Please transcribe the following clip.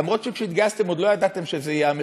אף שכשהתגייסתם עוד לא ידעתם שזה יהיה המחיר,